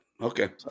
Okay